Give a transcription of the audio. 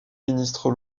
ministre